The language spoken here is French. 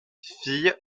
fille